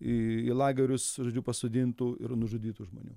į lagerius žodžiu pasodintų ir nužudytų žmonių